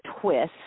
twist